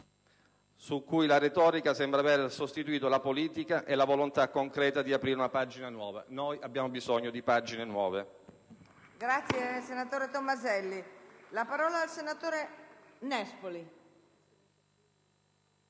su cui la retorica sembra aver sostituito la politica e la volontà concreta di aprire una pagina nuova». Noi abbiamo bisogno di pagine nuove.